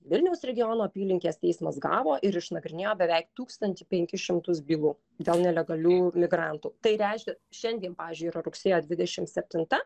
vilniaus regiono apylinkės teismas gavo ir išnagrinėjo beveik tūkstantį penkis šimtus bylų dėl nelegalių migrantų tai reiškia šiandien pavyzdžiui yra rugsėjo dvidešim septinta